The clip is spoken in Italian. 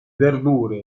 verdure